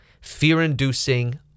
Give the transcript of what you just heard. fear-inducing